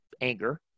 anger